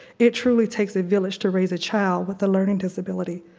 it truly takes a village to raise a child with a learning disability,